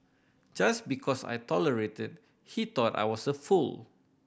just because I tolerated he thought I was a fool